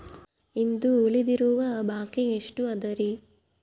ಇಂದು ಉಳಿದಿರುವ ಬಾಕಿ ಎಷ್ಟು ಅದರಿ?